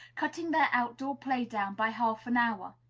cutting their out-door play down by half an hour.